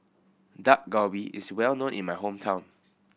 Dak Galbi is well known in my hometown